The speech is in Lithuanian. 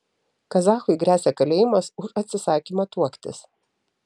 kazachui gresia kalėjimas už atsisakymą tuoktis